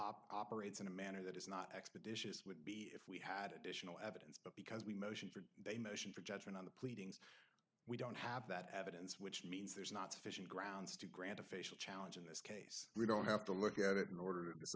operates in a manner that is not expeditious would be if we had additional evidence but because we motion for a motion for judgment we don't have that evidence which means there's not sufficient grounds to grant a facial challenge in this case we don't have to look at it in order